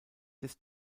des